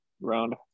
round